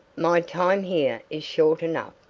my time here is short enough.